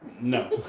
No